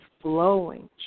flowing